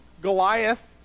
Goliath